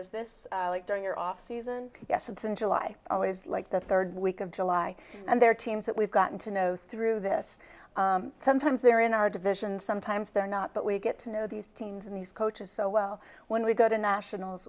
is this during your off season yes it's in july i always like that third week of july and there are teams that we've gotten to know through this sometimes they're in our division sometimes they're not but we get to know these teams in these coaches so well when we go to nationals